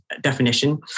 definition